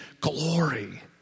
glory